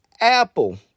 Apple